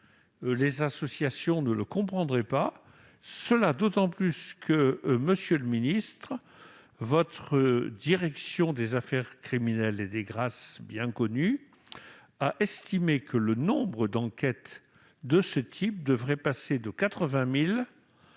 Les associations ne le comprendraient pas, et ce d'autant plus, monsieur le ministre, que la direction des affaires criminelles et des grâces a estimé que le nombre d'enquêtes de ce type devrait passer de 80 000